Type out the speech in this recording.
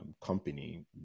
company